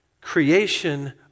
creation